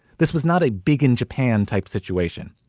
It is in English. this was not a big in japan type situation.